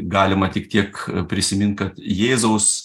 galima tik tiek prisimint kad jėzaus